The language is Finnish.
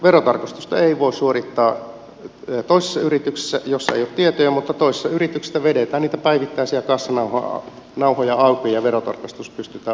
verotarkastusta ei voi suorittaa toisessa yrityksessä jossa ei ole tietoja mutta toisessa yrityksessä vedetään niitä päivittäisiä kassanauhoja auki ja verotarkastus pystytään asianmukaisesti suorittamaan